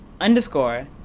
Underscore